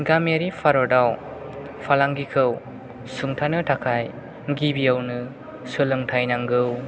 गामियारि भारतआव फालांगिखौ सुंथानो थाखाय गिबियावनो सोलोंथाय नांगौ